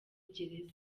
gereza